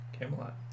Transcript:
Camelot